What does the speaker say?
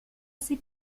assez